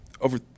over